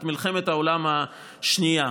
את מלחמת העולם השנייה,